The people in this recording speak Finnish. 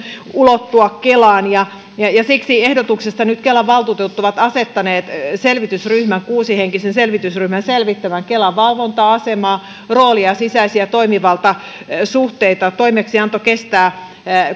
ulottua kelaan ja ja siksi ehdotuksesta nyt kelan valtuutetut ovat asettaneet kuusihenkisen selvitysryhmän selvittämään kelan valvonta asemaa roolia ja sisäisiä toimivaltasuhteita toimeksianto kestää